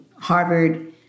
Harvard